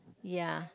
ya